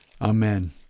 Amen